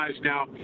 now